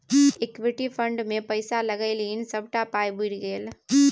equity fund मे पैसा लगेलनि सभटा पाय बुरि गेल